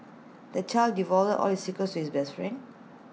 the child divulged all his secrets to his best friend